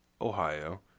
Ohio